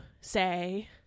say